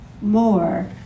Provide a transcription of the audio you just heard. More